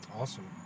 Awesome